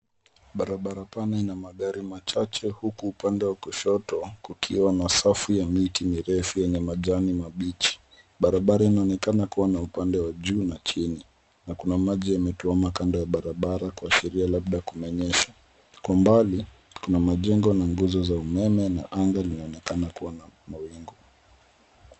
Barabara pana ina magari machache uku upande wa kushoto kukiwa na safu ya miti mirefu yenye majani mabichi. Barabara inaonekana kuwa na upande wa juu na chini. Kuna maji yametuama kando ya barabara kuashiria labda kunanyesha. Kwa mbali kuna majengo na nguzo za umeme na anga linaonekana kuwa na mawingu.